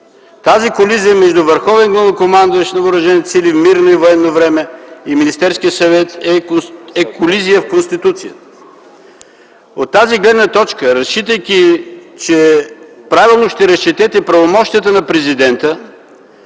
главнокомандващ на въоръжените сили в мирно и военно време и Министерския съвет, е колизия в Конституцията. От тази гледна точка, разчитайки, че правилно ще разчетете правомощията на президента,